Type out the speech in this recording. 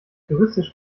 juristisch